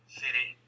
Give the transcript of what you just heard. city